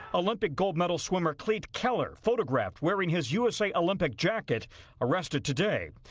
olympic gold medal swimmer cleat keller photographed wearing his usa olympic jacket arrested today.